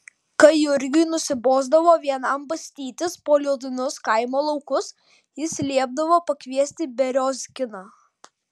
kai jurgiui nusibosdavo vienam bastytis po liūdnus kaimo laukus jis liepdavo pakviesti beriozkiną